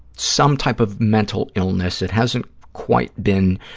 some type of mental illness. it hasn't quite been